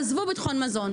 עזבו ביטחון מזון,